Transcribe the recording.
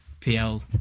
PL